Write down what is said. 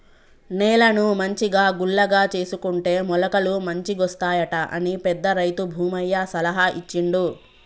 నేలను మంచిగా గుల్లగా చేసుకుంటే మొలకలు మంచిగొస్తాయట అని పెద్ద రైతు భూమయ్య సలహా ఇచ్చిండు